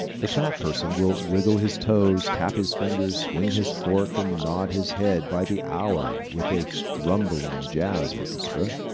the fat person will wiggle his toes, tap his fingers, swing his fork and nod his head by the hour with a rumbling jazz orchestra.